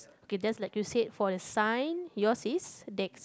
okay just like you said for the sign yours is decks